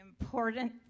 important